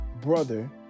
brother